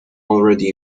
already